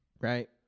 right